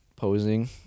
Posing